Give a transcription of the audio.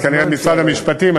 כנראה משרד המשפטים.